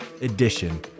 edition